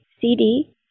CD